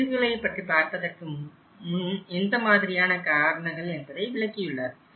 தீர்வுகளை பற்றி பார்ப்பாகற்கு முன் எந்த மாதிரியான காரணங்கள் என்பதை விளக்கியுள்ளார்